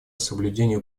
соблюдению